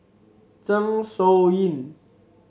Zeng Shouyin